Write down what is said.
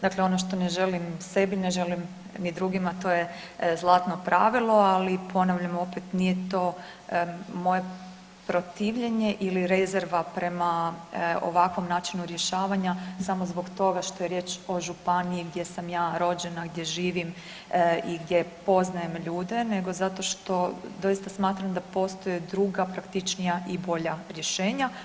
Dakle, ono što ne želim sebi ne želim ni drugima to je zlatno pravilo, ali ponavljam opet nije to moje protivljenje ili rezerva prema ovakvom načinu rješavanja samo o tome što je riječ o županiji gdje sam ja rođena, gdje živim i gdje poznajem ljude nego zato što doista smatram da postoje druga, praktičnija i bolja rješenja.